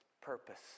Purpose